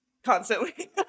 constantly